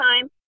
time